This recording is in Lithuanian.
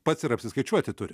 pats ir apsiskaičiuoti turi